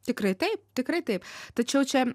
tikrai taip tikrai taip tačiau čia